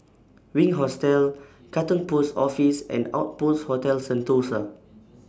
Wink Hostel Katong Post Office and Outpost Hotel Sentosa